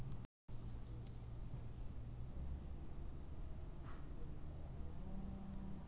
ನಿನ್ನೆ ನಾನು ನನ್ನ ಅಕೌಂಟಿಗೆ ಒಂದು ಸಾವಿರ ಡೆಪೋಸಿಟ್ ಮಾಡಿದೆ ನನ್ನ ಅಕೌಂಟ್ ಬ್ಯಾಲೆನ್ಸ್ ಝೀರೋ ಉಂಟು ಅದು ಹೇಗೆ?